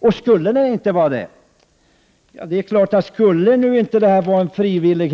Och skulle man nu inte ställa upp på detta frivilligt, får vi väl